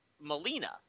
Melina